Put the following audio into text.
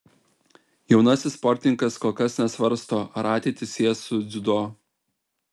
jaunasis sportininkas kol kas nesvarsto ar ateitį sies su dziudo